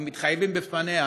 ומתחייבים בפניה